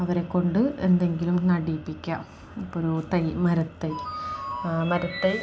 അവരെക്കൊണ്ട് എന്തെങ്കിലും നടിയിപ്പിക്കുക ഇപ്പോൾ ഒരു തൈ മരത്തൈ മരത്തൈ